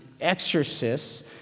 exorcists